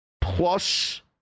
plus